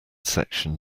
section